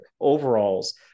overalls